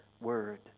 word